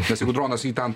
nes jeigu dronas jį ten